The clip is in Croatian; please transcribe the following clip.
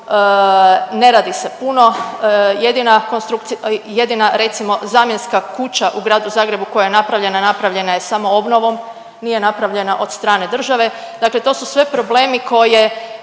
Ne radi se puno, jedina recimo zamjenska kuća u gradu Zagrebu koja je napravljena, napravljena je samoobnovom, nije napravljena od strane države. Dakle to su sve problemi koje